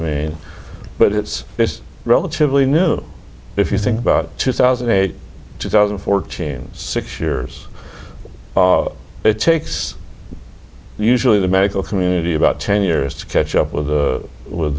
mean but it's relatively new if you think about two thousand and eight two thousand and fourteen six years it takes usually the medical community about ten years to catch up with the with